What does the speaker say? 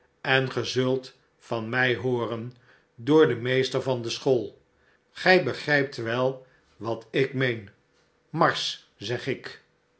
en ge zult van mij hooren door den meester van de school gij begrijpt wel wat ik meen marsch zeg ik